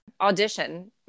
audition